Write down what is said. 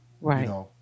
Right